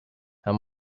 how